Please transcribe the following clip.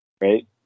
Right